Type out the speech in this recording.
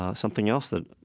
ah something else that,